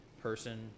person